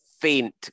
faint